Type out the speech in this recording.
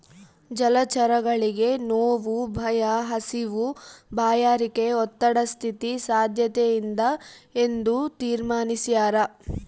ಜಲಚರಗಳಿಗೆ ನೋವು ಭಯ ಹಸಿವು ಬಾಯಾರಿಕೆ ಒತ್ತಡ ಸ್ಥಿತಿ ಸಾದ್ಯತೆಯಿಂದ ಎಂದು ತೀರ್ಮಾನಿಸ್ಯಾರ